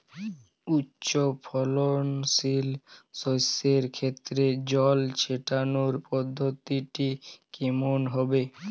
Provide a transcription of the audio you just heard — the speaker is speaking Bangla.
উচ্চফলনশীল শস্যের ক্ষেত্রে জল ছেটানোর পদ্ধতিটি কমন হবে?